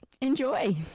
Enjoy